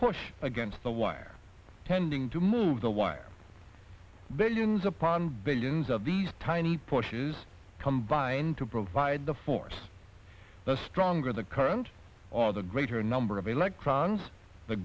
push against the wire tending to move the wire billions upon billions of these tiny pushes combined to provide the force the stronger the current or the greater number of electrons the